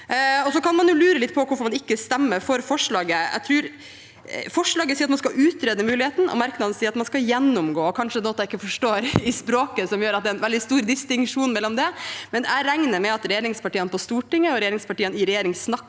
Man kan lure på hvorfor man ikke stemmer for forslaget. Forslaget sier at man skal «utrede» muligheten, og merknaden sier at det skal «gjennomgås». Det er kanskje noe i språket jeg ikke forstår som gjør at det er en veldig stor distinksjon mellom disse to, men jeg regner med at regjeringspartiene på Stortinget og partiene i regjering